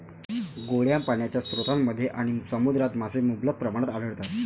गोड्या पाण्याच्या स्रोतांमध्ये आणि समुद्रात मासे मुबलक प्रमाणात आढळतात